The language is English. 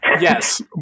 Yes